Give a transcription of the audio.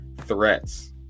threats